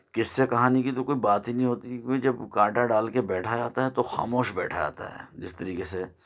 قصے کہانی کی تو کوئی بات ہی نہیں ہوتی کیونکہ جب کانٹا ڈال کے بیٹا جاتا ہے تو خاموش بیٹھا جاتا ہے جس طریقے سے